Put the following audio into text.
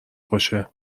باشه